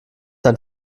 dein